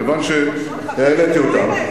כיוון שהעליתי אותם,